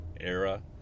era